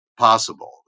Possible